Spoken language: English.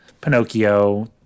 Pinocchio